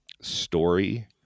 story